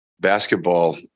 basketball